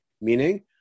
meaning